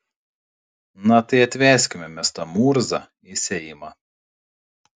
na tai atveskime mes murzą į seimą